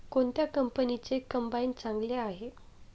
कोणत्या कंपनीचे कंबाईन चांगले आहे?